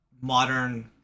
modern